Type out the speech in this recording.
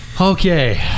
Okay